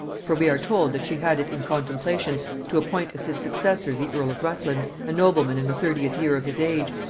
for we are told that she had it in contemplation to appoint as his successor the earl of rutland a nobleman in the thirtieth year of his age,